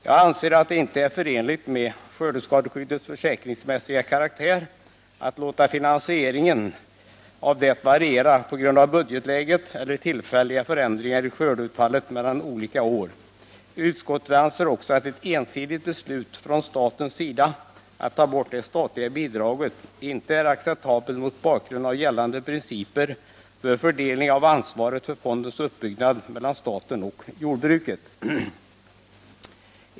Jag anser att det inte är förenligt med skördeskadeskyddets försäkringsmässiga karaktär att låta finansieringen variera på grund av budgetläge eller tillfälliga förändringar i skördeutfallet mellan olika år. Utskottet anser också att ensidigt beslut från statens sida att ta bort det statliga bidraget inte är acceptabelt mot bakgrund av gällande principer för fördelning av ansvaret för fondens uppbyggnad mellan staten och jordbruket.